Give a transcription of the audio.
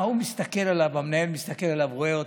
ההוא מסתכל עליו, המנהל מסתכל עליו, רואה אותו,